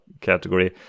category